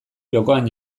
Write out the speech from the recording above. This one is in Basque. jokoan